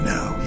Now